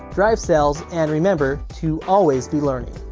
drive sales, and remember to always be learning.